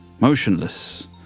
motionless